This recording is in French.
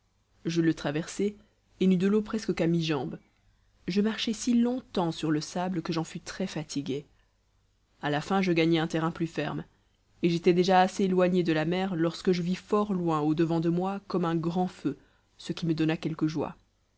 je le traversai et n'eus de l'eau presque qu'à mi-jambe je marchai si longtemps sur le sable que j'en fus très-fatigué à la fin je gagnai un terrain plus ferme et j'étais déjà assez éloigné de la mer lorsque je vis fort loin au-devant de moi comme un grand feu ce qui me donna quelque joie